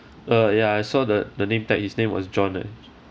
uh ya I saw the the name tag his name was john eh